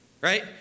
Right